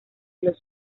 los